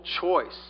choice